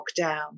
lockdown